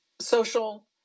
social